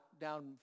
down